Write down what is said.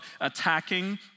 attacking